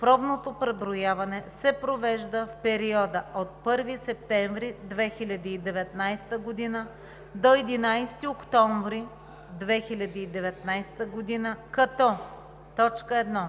Пробното преброяване се провежда в периода от 1 септември 2019 г. до 11 октомври 2019 г., като: 1.